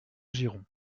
girons